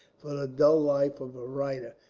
dull life of a writer,